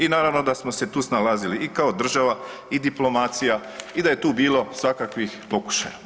I naravno da smo se tu snalazili i kao država i diplomacija i da je tu bilo svakakvih pokušaja.